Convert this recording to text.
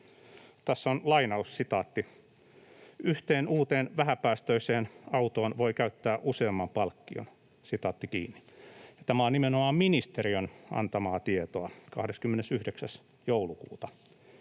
tässä on lainaus: ”Yhteen uuteen vähäpäästöiseen autoon voi käyttää useamman palkkion.” Tämä on nimenomaan ministeriön antamaa tietoa 29. joulukuuta,